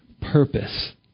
purpose